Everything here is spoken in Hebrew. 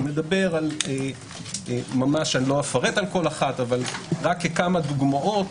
אני מדבר לא אפרט על כל אחת, אבל רק כמה דוגמאות